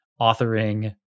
authoring